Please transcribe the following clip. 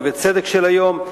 נווה-צדק של היום,